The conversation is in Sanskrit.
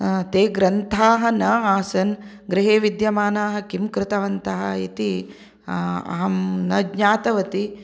ते ग्रन्थाः न आसन् गृहे विद्यमानाः किं कृतवन्तः इति अहं न ज्ञातवती